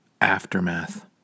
Aftermath